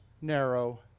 narrow